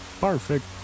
perfect